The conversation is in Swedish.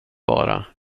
bara